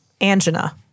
angina